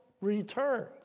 returns